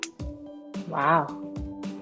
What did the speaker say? Wow